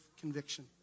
conviction